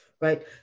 right